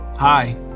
Hi